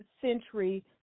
century